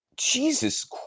Jesus